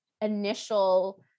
initial